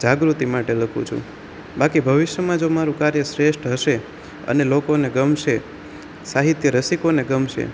જાગૃતિ માટે લખું છું બાકી ભવિષ્યમાં જો મારું કાર્ય શ્રેષ્ઠ હશે અને લોકોને ગમશે સાહિત્ય રસિકોને ગમશે